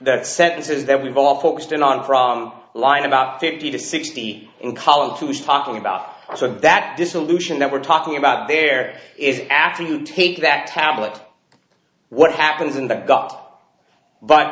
that sentence is that we've all focused in on from line about fifty to sixty in column two was talking about so that dissolution that we're talking about there is after you take that tablet what happens in the gut but